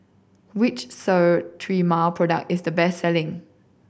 which Sterimar product is the best selling